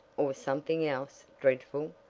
or something else dreadful.